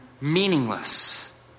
meaningless